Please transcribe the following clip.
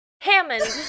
Hammond